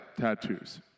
tattoos